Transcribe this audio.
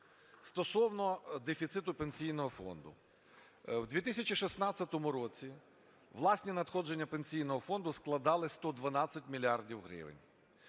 Стосовно дефіциту Пенсійного фонду. В 2016 році власні надходження пенсійного фонду складали 112 мільярдів